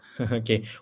Okay